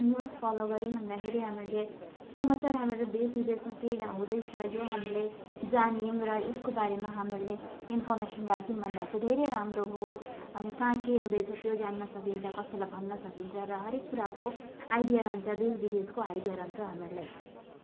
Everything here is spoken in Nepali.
न्युज फलो गर्यौँ भन्दाखेरि हामीहरूले समाचार हामीहरू देश विदेशमा के थाहा हुँदैछ यो हामीले जान्यौँ र यसको बारेमा हामिहरूले इन्फर्मेसन राख्यौँ भन्दा चाहिँ धेरै राम्रो हो अनि कहाँ के हुँदैछ त्यो जान्न सकिन्छ कसैलाई भन्न सकिन्छ र हरेक कुराको आइडिया रहन्छ देश विदेशको आइडिया रहन्छ हामीहरूलाई